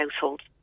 households